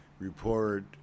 report